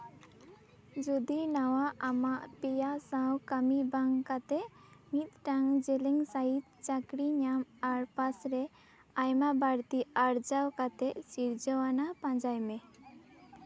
ᱡᱚᱫᱤ ᱱᱚᱣᱟ ᱟᱢᱟᱜ ᱯᱮᱭᱟ ᱥᱟᱶ ᱠᱟᱹᱢᱤ ᱵᱟᱝ ᱠᱟᱛᱮᱜ ᱢᱤᱫᱴᱟᱝ ᱡᱮᱞᱮᱧ ᱥᱟᱹᱦᱤᱡ ᱪᱟᱹᱠᱨᱤ ᱧᱟᱢ ᱟᱨ ᱯᱟᱥ ᱨᱮ ᱟᱭᱢᱟ ᱵᱟᱹᱲᱛᱤ ᱟᱨᱡᱟᱣ ᱠᱟᱛᱮᱜ ᱥᱤᱨᱡᱟᱹᱣ ᱟᱱᱟᱜ ᱯᱟᱸᱡᱟᱭ ᱢᱮ